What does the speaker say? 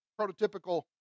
prototypical